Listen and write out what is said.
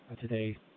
today